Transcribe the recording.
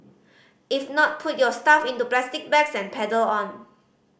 if not put your stuff into plastic bags and pedal on